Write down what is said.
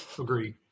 Agreed